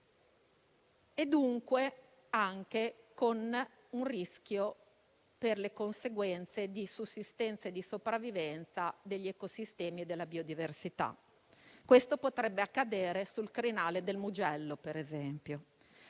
e, dunque, anche con un rischio per le conseguenze di sussistenza e sopravvivenza degli ecosistemi e della biodiversità. Questo potrebbe accadere sul crinale del Mugello, per esempio.